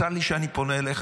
צר לי שאני פונה אליך,